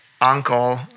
uncle